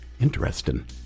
Interesting